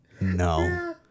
no